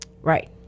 Right